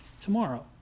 Tomorrow